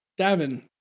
Davin